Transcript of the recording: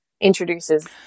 introduces